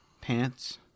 pants